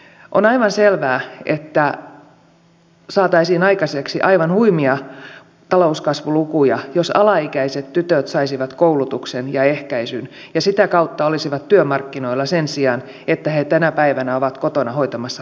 on aivan selvää että saataisiin aikaiseksi aivan huimia talouskasvulukuja jos alaikäiset tytöt saisivat koulutuksen ja ehkäisyn ja sitä kautta olisivat työmarkkinoilla sen sijaan että he tänä päivänä ovat kotona hoitamassa lapsia